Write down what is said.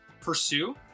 pursue